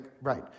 right